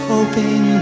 Hoping